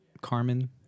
Carmen